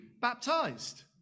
baptized